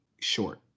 short